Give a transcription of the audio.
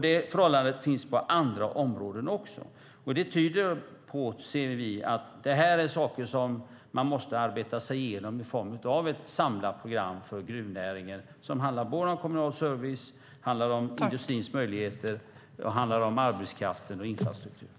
Det förhållandet finns på andra områden också, och det tyder, menar vi, på att det här är saker som man måste arbeta sig igenom i form av ett samlat program för gruvnäringen som handlar om kommunal service, industrins möjligheter, arbetskraften och infrastrukturen.